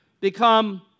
become